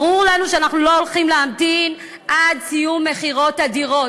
ברור לנו שאנחנו לא הולכים להמתין עד סיום מכירות הדירות.